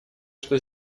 что